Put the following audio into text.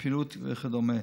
ופעילה וכדומה.